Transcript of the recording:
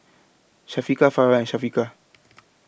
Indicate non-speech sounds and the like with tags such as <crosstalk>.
Syafiqah Farah and Syafiqah <noise>